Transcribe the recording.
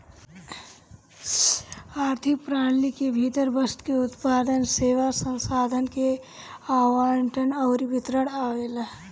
आर्थिक प्रणाली के भीतर वस्तु के उत्पादन, सेवा, संसाधन के आवंटन अउरी वितरण आवेला